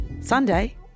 Sunday